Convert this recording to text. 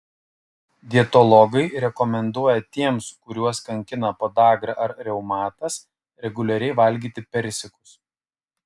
dietologai rekomenduoja tiems kuriuos kankina podagra ar reumatas reguliariai valgyti persikus